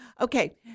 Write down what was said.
Okay